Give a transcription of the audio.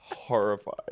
Horrified